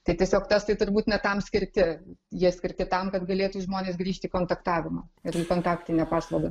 tai tiesiog tas tai turbūt ne tam skirti jie skirti tam kad galėtų žmonės grįžti į kontaktavimą ir į kontaktinę paslaugą